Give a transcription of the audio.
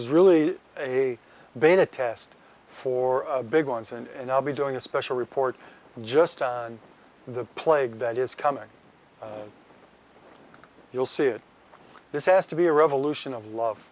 is really a beta test for big ones and i'll be doing a special report just on the plague that is coming you'll see it this has to be a revolution of love